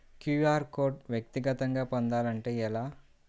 QR code వ్యక్తిగతంగా పొందాలంటే ఎలా?